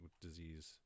disease